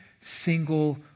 single